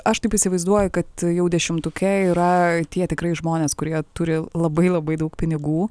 aš taip įsivaizduoju kad jau dešimtuke yra tie tikrai žmonės kurie turi labai labai daug pinigų